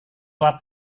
tua